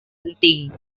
penting